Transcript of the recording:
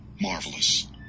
marvelous